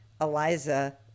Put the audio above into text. Eliza